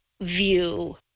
view